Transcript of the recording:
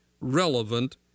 relevant